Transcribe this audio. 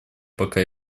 пока